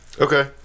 Okay